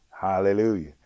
Hallelujah